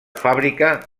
fàbrica